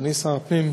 אדוני שר הפנים,